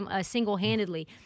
single-handedly